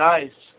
Nice